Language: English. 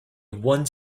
one